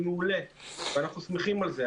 זה מעולה ואנחנו שמחים על כך.